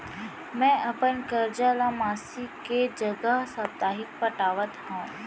मै अपन कर्जा ला मासिक के जगह साप्ताहिक पटावत हव